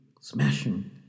smashing